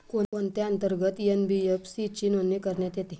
कोणत्या अंतर्गत एन.बी.एफ.सी ची नोंदणी करण्यात येते?